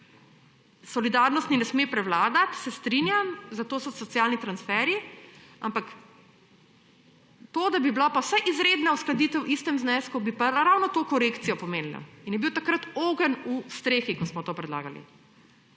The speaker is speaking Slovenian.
Solidarnostni ne sme prevladati, se strinjam, zato so socialni transferi, ampak to, da bi bila vsaj izredna uskladitev v istem znesku, bi pa pomenilo ravno to korekcijo. In je bil takrat ogenj v strehi, ko smo to predlagali.